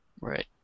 Right